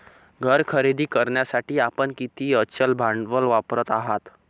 घर खरेदी करण्यासाठी आपण किती अचल भांडवल वापरत आहात?